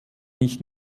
nicht